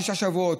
שישה שבועות,